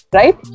right